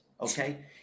okay